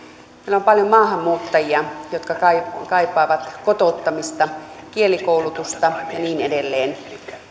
meillä on paljon maahanmuuttajia jotka kaipaavat kotouttamista kielikoulutusta ja niin edelleen